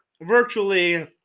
virtually